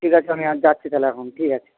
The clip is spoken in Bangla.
ঠিক আছে আমি আর যাচ্ছি তাহলে এখন ঠিক আছে